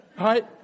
right